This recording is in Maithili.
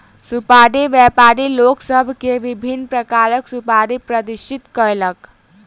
सुपाड़ी व्यापारी लोक सभ के विभिन्न प्रकारक सुपाड़ी प्रदर्शित कयलक